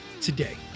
today